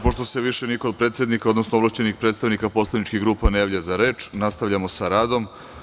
Pošto se više niko od predsednika, odnosno ovlašćenih predstavnika poslaničkih grupa ne javlja za reč, nastavljamo sa radom.